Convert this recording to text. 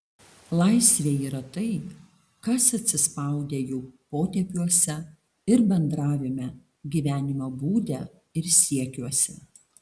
laisvė yra tai kas atsispaudę jų potėpiuose ir bendravime gyvenimo būde ir siekiuose